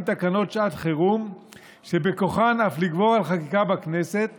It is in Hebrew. תקנות שעת חירום שבכוחן אף לגבור על חקיקה בכנסת